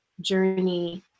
journey